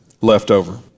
Leftover